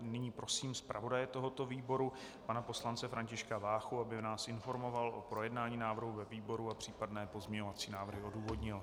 Nyní prosím zpravodaje tohoto výboru pana poslance Františka Váchu, aby nás informoval o projednání návrhu ve výboru a případné pozměňovací návrhy odůvodnil.